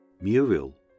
Muriel